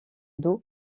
dos